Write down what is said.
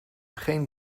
geen